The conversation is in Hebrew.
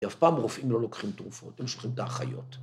כי אף פעם רופאים לא לוקחים תרופות, הם שולחים את האחיות.